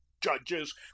judges